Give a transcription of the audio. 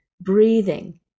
breathing